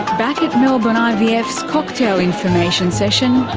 back at melbourne ivf's cocktail information session,